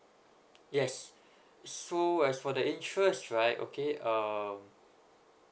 yes so as for the interest try okay err